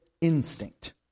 instinct